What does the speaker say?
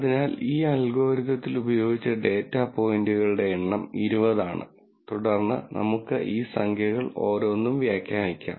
അതിനാൽ ഈ അൽഗോരിതത്തിൽ ഉപയോഗിച്ച ഡാറ്റാ പോയിന്റുകളുടെ എണ്ണം 20 ആണ് തുടർന്ന് നമുക്ക് ഈ സംഖ്യകൾ ഓരോന്നും വ്യാഖ്യാനിക്കാം